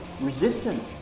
resistant